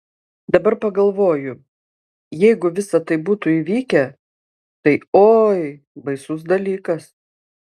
dabar pagalvoju jeigu visa tai būtų įvykę tai oi baisus dalykas